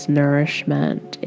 nourishment